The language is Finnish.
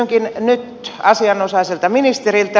kysynkin nyt asianomaiselta ministeriltä